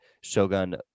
Shogun